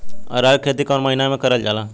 अरहर क खेती कवन महिना मे करल जाला?